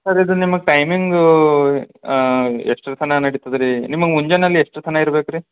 sir ಇದು ನಿಮಗೆ timing ಎಷ್ಟರ ತನಕ ನಡೀತದೆ ರೀ ನಿಮಗೆ ಮುಂಜಾನೆ ಅಲ್ಲಿ ಎಷ್ಟು ತನಕ ಇರ್ಬೇಕು ರೀ